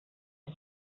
ist